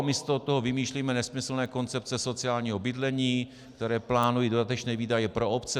Místo toho vymýšlíme nesmyslné koncepce sociálního bydlení, které plánují dodatečné výdaje pro obce.